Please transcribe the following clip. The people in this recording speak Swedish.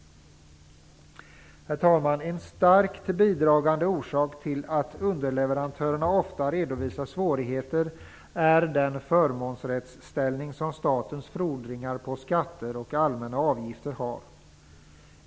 Herr talman! En starkt bidragande orsak till att underleverantörerna ofta redovisar svårigheter är den förmånsrättsställning som statens fordringar på skatter och allmänna avgifter har.